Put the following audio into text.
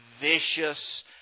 vicious